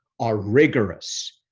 are rigorous.